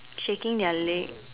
shaking their leg